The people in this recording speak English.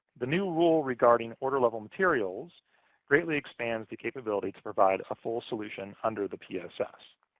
the new rule regarding order-level materials greatly expands the capability to provide a full solution under the pss.